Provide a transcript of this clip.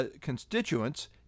constituents